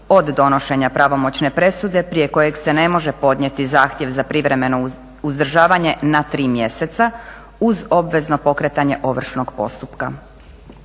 od donošenja pravomoćne presude prije kojeg se ne može podnijeti zahtjev za privremeno uzdržavanje na tri mjeseca uz obvezno pokretanja ovršnog postupka.